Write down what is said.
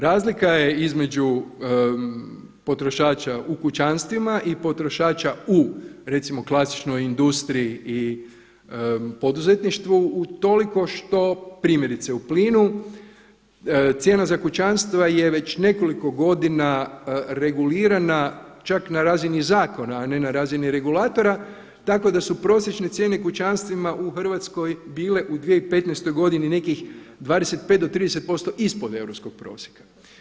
Razlika je između potrošača u kućanstvima i potrošača u recimo klasičnoj industriji i poduzetništvu utoliko što primjerice u plinu cijena za kućanstva je već nekoliko godina regulirana čak na razini zakona, a ne na razini regulatora tako da su prosječne cijene kućanstvima u Hrvatskoj bile u 2015. godini nekih 25 do 30% ispod europskog prosjeka.